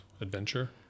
adventure